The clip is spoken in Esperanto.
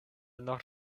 nord